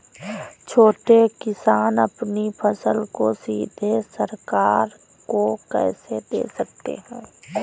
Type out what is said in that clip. छोटे किसान अपनी फसल को सीधे सरकार को कैसे दे सकते हैं?